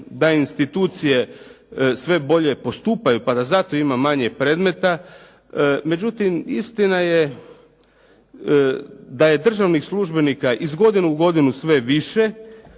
da institucije sve bolje postupaju pa da zato ima manje predmeta, međutim istina je da je državnih službenika iz godine u godinu sve više